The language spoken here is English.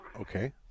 Okay